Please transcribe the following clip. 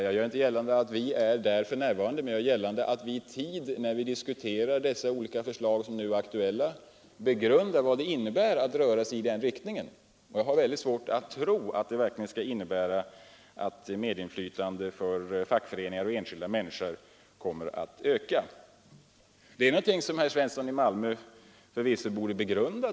Jag gör inte gällande att vi är där för närvarande, men jag gör gällande att vi i tid, när vi diskuterar de olika förslag som nu är aktuella, begrundar vad det innebär att röra sig i den riktningen. Jag har väldigt svårt att tro att det verkligen skulle innebära att medinflytandet för fackföreningar och enskilda människor kommer att öka, om man får en helt dominerande arbetsgivare. Detta är någonting som herr Svensson i Malmö förvisso borde begrunda.